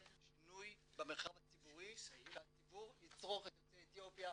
שינוי במרחב הציבורי שהציבור יצרוך את יוצאי אתיופיה